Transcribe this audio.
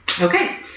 okay